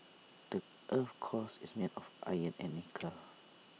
the Earth's cores is made of iron and nickel